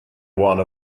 one